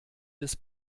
des